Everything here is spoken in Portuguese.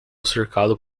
cercado